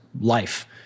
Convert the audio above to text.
life